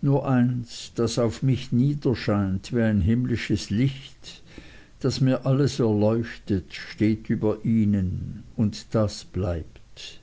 nur eins das auf mich niederscheint wie ein himmlisches licht das mir alles erleuchtet steht über ihnen und das bleibt